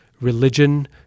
religion